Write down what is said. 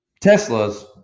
Tesla's